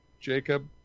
Jacob